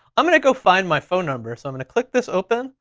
i'm gonna go find my phone number. so i'm gonna click this open.